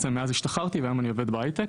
היום אני עובד בהייטק